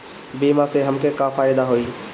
बीमा से हमके का फायदा होई?